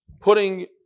putting